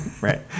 Right